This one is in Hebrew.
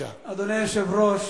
אדוני היושב-ראש,